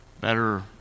Better